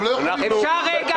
אפשר רגע?